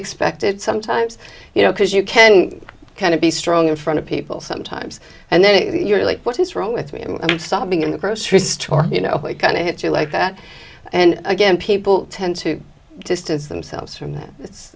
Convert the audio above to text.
expect it sometimes you know because you can kind of be strong in front of people sometimes and then you're like what is wrong with me and i'm sobbing in the grocery store you know it kind of hits you like that and again people tend to distance themselves from that it's